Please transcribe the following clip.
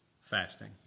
fasting